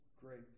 great